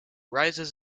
rises